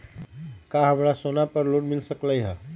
का हमरा के सोना पर लोन मिल सकलई ह?